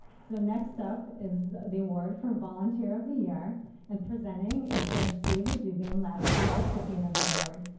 so next up is the award for volunteer of the year and presenting is judge david dugan last year's recipient of the award.